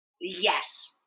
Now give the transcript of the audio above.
yes